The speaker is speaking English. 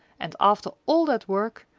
and after all that work,